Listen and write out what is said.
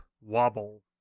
wobble